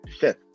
fifth